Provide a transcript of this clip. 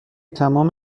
تموم